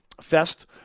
fest